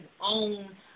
own